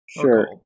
Sure